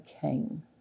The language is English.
came